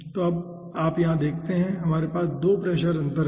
तो अब यहाँ आप देखते हैं कि हमारे पास 2 प्रेशर अंतर हैं